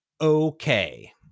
okay